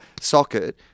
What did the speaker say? socket